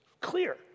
clear